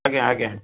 ଆଜ୍ଞା ଆଜ୍ଞା